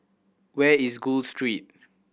where is Gul Street